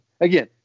Again